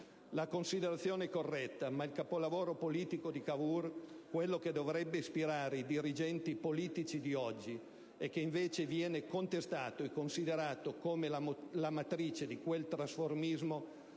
La considerazione è corretta. Ma il capolavoro politico di Cavour, quello che dovrebbe ispirare i dirigenti politici di oggi e che invece viene contestato e considerato come la matrice di quel trasformismo